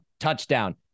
Touchdown